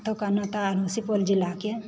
एतुका नेता सुपौल जिलाके